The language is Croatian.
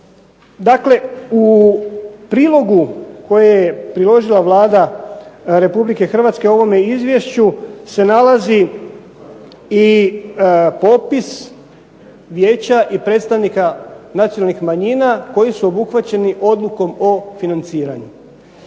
Dakle, u prilogu koje je priložila Vlada Republike Hrvatske ovome izvješću se nalazi popis vijeća i predstavnika nacionalnih manjina koji su obuhvaćeni odlukom o financiranju.